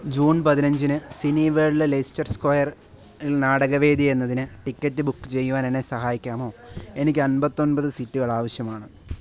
June പതിനഞ്ചിന് സിനി വേൾഡിലെ ലെയ്സെസ്റ്റർ സ്ക്വയറിൽ നാടകവേദി എന്നതിന് ടിക്കറ്റ് ബുക്ക് ചെയ്യുവാൻ എന്നെ സഹായിക്കാമോ എനിക്ക് അൻപത്തൊമ്പത് സീറ്റുകൾ ആവശ്യമാണ്